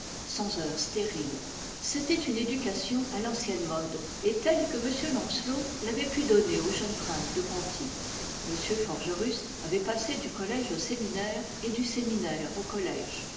sans heures stériles c'était une éducation à l'ancienne mode et telle que m lancelot l'avait pu donner aux jeunes princes de conti m forgerus avait passé du collège au séminaire et du séminaire au collège